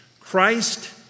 Christ